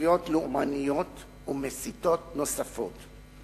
ובקריאות לאומניות ומסיתות נוספות.